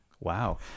Wow